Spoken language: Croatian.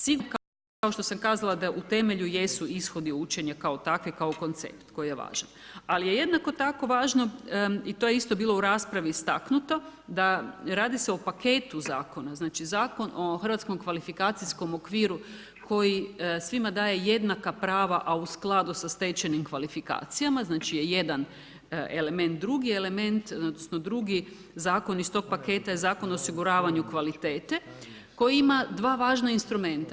Sigurno je kao što sam kazala, da u temelju jesu ishodi učenja, kao takve kao koncept, koji je važan, ali je jednako tako važno i to je isto bilo u raspravi istaknuto, da radi se o paketu zakona, znači Zakon o Hrvatskom kvalifikacijskom okviru, koji svima daje jednaka prava a u skladu sa stečenim kvalifikacijama, znači jedan je element, drugi je element odnosno, drugi zakon iz tog paketa je zakon o osiguravanju kvalitete, koji ima 2 važna instrumenta.